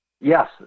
yes